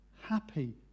Happy